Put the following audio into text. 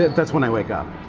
that's when i wake up.